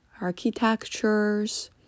architectures